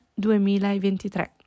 2023